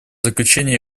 заключение